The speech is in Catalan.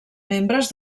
membres